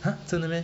!huh! 真的 meh